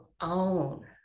own